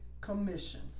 commission